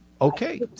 okay